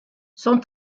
son